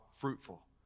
fruitful